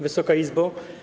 Wysoka Izbo!